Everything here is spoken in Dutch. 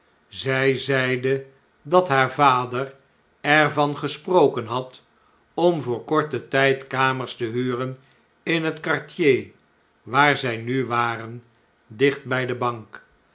zjj zeide dat haar vader er van gesproken had om voor korten tgd kamers te huren in het q u a r t i e r waar zjj nu waren dicht bij de bank